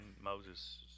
Moses